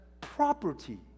property